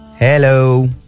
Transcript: Hello